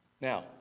Now